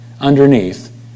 underneath